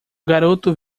garoto